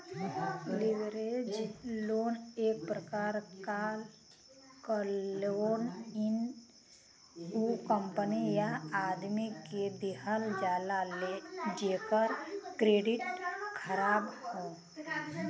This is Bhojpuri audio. लीवरेज लोन एक प्रकार क लोन इ उ कंपनी या आदमी के दिहल जाला जेकर क्रेडिट ख़राब हौ